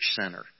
center